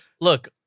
look